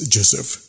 Joseph